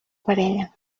parella